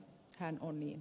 hän oli